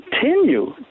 continue